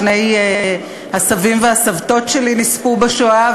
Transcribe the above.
שני הסבים והסבתות שלי נספו בשואה,